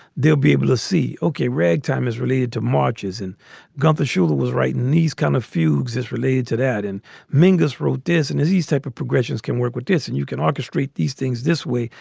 they'll be able to see. okay. ragtime is related to marches and got the show. that was right. and these kind of fugues is related to that. and mingus wrote this and as these type of progressions can work with this and you can orchestrate these things this way.